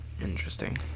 interesting